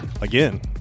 again